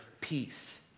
peace